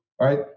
right